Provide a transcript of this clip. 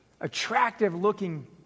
attractive-looking